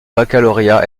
baccalauréat